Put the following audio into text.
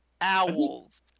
owls